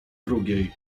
drugiej